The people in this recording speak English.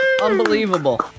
Unbelievable